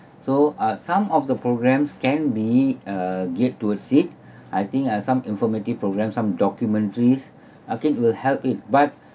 so uh some of the programmes can be uh geared towards it I think uh some informative programmes some documentaries okay will help it but